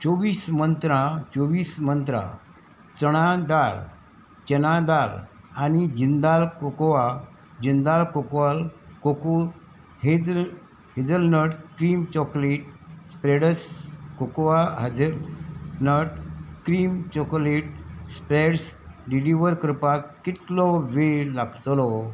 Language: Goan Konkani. चोवीस मंत्रा चोवीस मंत्रा चणां दाळ चना दाळ आनी जिंदाल कोकोवा जिंदाळ कोकोवाल कोको हेज hazelnut cream chocolate spreads cocoa hazelnut cream chocolate spreads deliver करपाक कितलो वेळ लागतलो